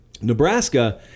Nebraska